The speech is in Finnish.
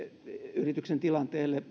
yrityksen tilanteelle